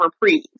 reprieve